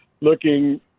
looking